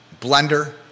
blender